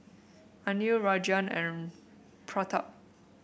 Anil Rajan and Pratap